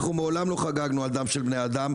אנחנו מעולם לא חגגנו דם של בני-אדם,